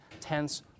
tense